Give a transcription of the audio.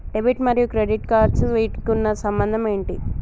Debit మరియు credit cards వీటికి ఉన్న సంబంధం ఏంటి?